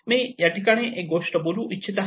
मी या ठिकाणी एक गोष्ट बोलू इच्छित आहे